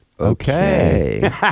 Okay